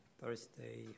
Thursday